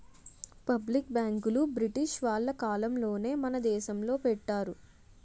public బ్యాంకులు British వాళ్ళ కాలంలోనే మన దేశంలో పెట్టారు